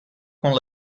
con